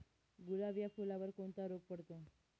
गुलाब या फुलावर कोणता रोग पडतो?